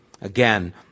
Again